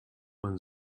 man